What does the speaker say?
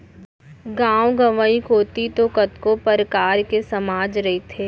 गाँव गंवई कोती तो कतको परकार के समाज रहिथे